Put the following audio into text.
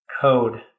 code